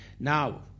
Now